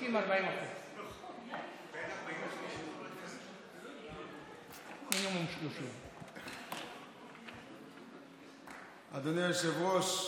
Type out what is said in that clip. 30% 40%. אדוני היושב-ראש,